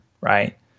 right